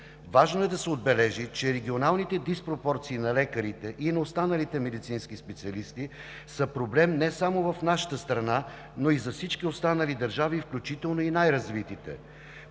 Важно е да се отбележи, че регионалните диспропорции на лекарите и на останалите медицински специалисти са проблем не само в нашата страна, но и за всички останали държави, включително и най-развитите.